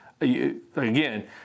Again